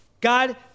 God